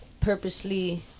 purposely